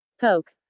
Poke